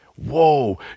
whoa